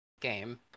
game